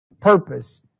Purpose